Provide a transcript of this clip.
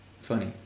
funny